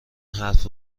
حرف